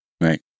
Right